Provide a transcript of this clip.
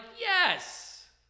yes